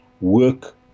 Work